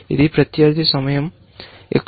ఇది ప్రత్యర్థి సమయం ఇక్కడ